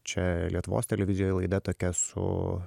čia lietuvos televizijoj laida tokia su